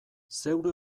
zeure